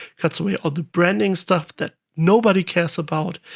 cuts away all the branding stuff that nobody cares about,